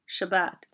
Shabbat